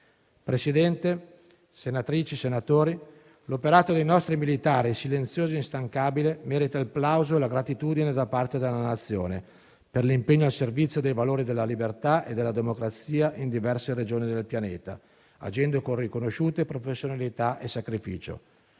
Presidente, onorevoli senatrici e senatori, l'operato dei nostri militari, silenzioso e instancabile, merita il plauso e la gratitudine da parte dalla Nazione, per l'impegno al servizio dei valori della libertà e della democrazia in diverse regioni del pianeta, agendo con riconosciuta professionalità e sacrificio.